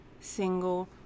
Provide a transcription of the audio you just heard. single